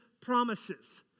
promises